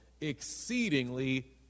exceedingly